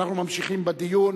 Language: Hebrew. ממשיכים בדיון.